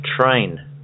train